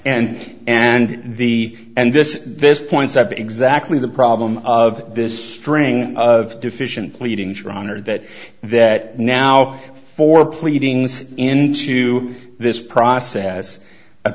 and and the and this this points up exactly the problem of this string of deficient pleading for honor that that now for pleadings into this process